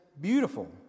beautiful